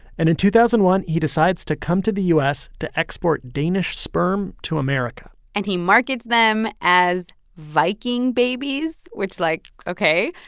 and in two thousand and one, he decides to come to the u s. to export danish sperm to america and he markets them as viking babies, which, like, ok.